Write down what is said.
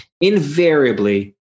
invariably